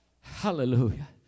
hallelujah